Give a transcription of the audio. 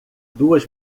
duas